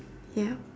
ya